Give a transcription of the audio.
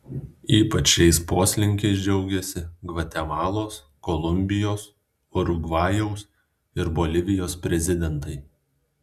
ypač šiais poslinkiais džiaugiasi gvatemalos kolumbijos urugvajaus ir bolivijos prezidentai